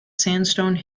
sandstone